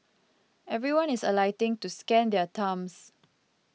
everyone is alighting to scan their thumbs